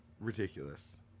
ridiculous